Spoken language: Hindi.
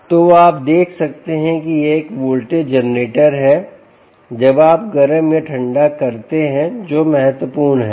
तो आप देख सकते हैं कि यह एक वोल्टेज जनरेटर है जब आप गर्म या ठंडा करते हैं जो महत्वपूर्ण है